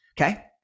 Okay